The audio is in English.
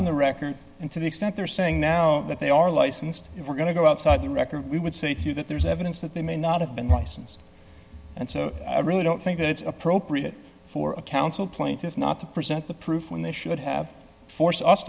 in the record and to the extent they're saying now that they are licensed if we're going to go outside the record we would say to you that there's evidence that they may not have been licensed and so i really don't think that it's appropriate for a counsel plaintiffs not to present the proof when they should have forced us